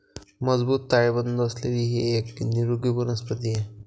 मजबूत ताळेबंद असलेली ही एक निरोगी कंपनी आहे